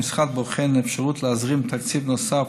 המשרד בוחן אפשרות להזרים תקציב נוסף